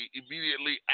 immediately